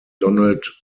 donald